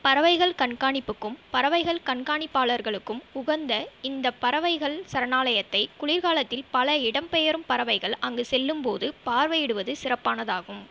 பறவைகள் கண்காணிப்புக்கும் பறவைகள் கண்காணிப்பாளர்களுக்கும் உகந்த இந்தப் பறவைகள் சரணாலயத்தைக் குளிர்காலத்தில் பல இடம்பெயரும் பறவைகள் அங்கு செல்லும்போது பார்வையிடுவது சிறப்பானதாகும்